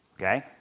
okay